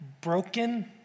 broken